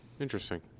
Interesting